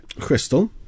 Crystal